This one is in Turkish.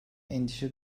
endişe